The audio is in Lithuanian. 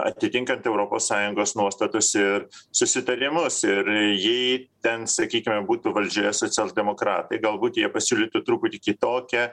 atitinkant europos sąjungos nuostatus ir susitarimus ir jei ten sakykime būtų valdžioje socialdemokratai galbūt jie pasiūlytų truputį kitokią